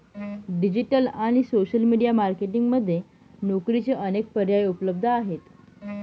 digital आणि social media marketing मध्ये नोकरीचे अनेक पर्याय उपलब्ध आहेत